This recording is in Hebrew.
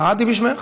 קראתי בשמך.